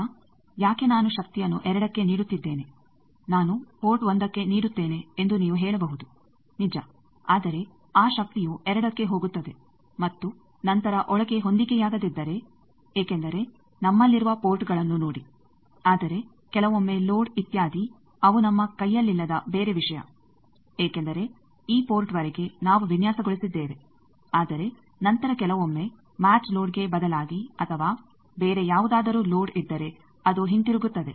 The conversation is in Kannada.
ಈಗ ಯಾಕೆ ನಾನು ಶಕ್ತಿಯನ್ನು 2ಕ್ಕೆ ನೀಡುತ್ತಿದ್ದೇನೆ ನಾನು ಪೋರ್ಟ್ 1ಕ್ಕೆ ನೀಡುತ್ತೇನೆ ಎಂದು ನೀವು ಹೇಳಬಹುದು ನಿಜ ಆದರೆ ಆ ಶಕ್ತಿಯು 2ಕ್ಕೆ ಹೋಗುತ್ತದೆ ಮತ್ತು ನಂತರ ಒಳಗೆ ಹೊಂದಿಕೆಯಾಗದಿದ್ದರೆ ಏಕೆಂದರೆ ನಮ್ಮಲ್ಲಿರುವ ಪೋರ್ಟ್ಗಳನ್ನು ನೋಡಿ ಆದರೆ ಕೆಲವೊಮ್ಮೆ ಲೋಡ್ ಇತ್ಯಾದಿ ಅವು ನಮ್ಮ ಕೈಯಲ್ಲಿಲ್ಲದ ಬೇರೆ ವಿಷಯ ಏಕೆಂದರೆ ಈ ಪೋರ್ಟ್ವರೆಗೆ ನಾವು ವಿನ್ಯಾಸಗೊಳಿಸಿದ್ದೇವೆ ಆದರೆ ನಂತರ ಕೆಲವೊಮ್ಮೆ ಮ್ಯಾಚ್ ಲೋಡ್ಗೆ ಬದಲಾಗಿ ಅಥವಾ ಬೇರೆ ಯಾವುದಾದರೂ ಲೋಡ್ ಇದ್ದರೆ ಅದು ಹಿಂತಿರುಗುತ್ತದೆ